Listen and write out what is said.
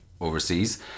overseas